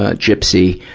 ah gypsy,